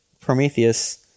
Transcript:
prometheus